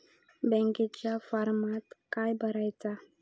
बँकेच्या फारमात काय भरायचा?